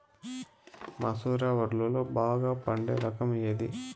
మసూర వడ్లులో బాగా పండే రకం ఏది?